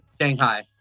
Shanghai